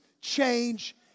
change